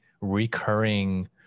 recurring